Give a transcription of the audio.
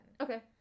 Okay